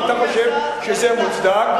האם אתה חושב שזה מוצדק?